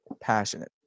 passionate